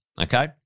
okay